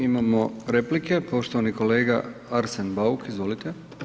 Imamo replike, poštovani kolega Arsen Bauk, izvolite.